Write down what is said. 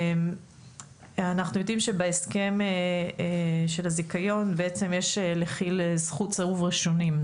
אנחנו יודעים שבהסכם של הזיכיון בעצם יש לכי"ל זכות סירוב ראשונים,